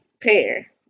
pair